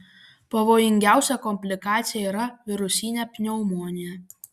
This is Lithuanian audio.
pavojingiausia komplikacija yra virusinė pneumonija